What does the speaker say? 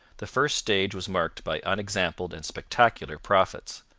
the first stage was marked by unexampled and spectacular profits.